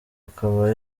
akaba